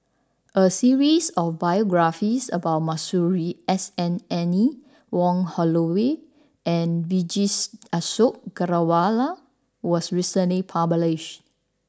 a series of biographies about Masuri S N Anne Wong Holloway and Vijesh Ashok Ghariwala was recently published